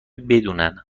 بدونن